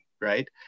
Right